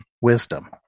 Wisdom